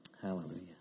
Hallelujah